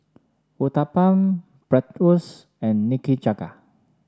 Uthapam Bratwurst and Nikujaga